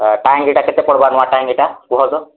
ଟାଙ୍କିଟା କେତେ ପଡ଼୍ବାର୍ ନୂଆ ଟାଙ୍କିଟା କୁହ ତ